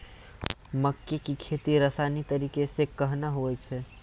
मक्के की खेती रसायनिक तरीका से कहना हुआ छ?